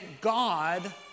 God